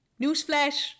newsflash